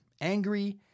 Angry